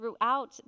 throughout